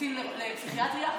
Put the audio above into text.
תמריצים לפסיכיאטריה,